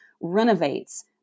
renovates